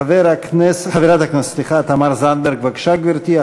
חברת הכנסת תמר זנדברג, בבקשה, גברתי.